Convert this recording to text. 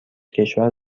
کشور